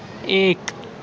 ایک